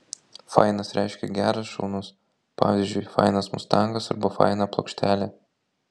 fainas reiškia geras šaunus pavyzdžiui fainas mustangas arba faina plokštelė